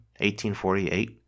1848